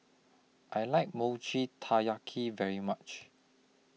I like Mochi Taiyaki very much